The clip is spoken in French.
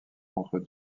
contre